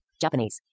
Japanese